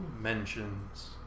mentions